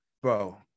Bro